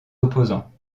opposants